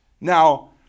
Now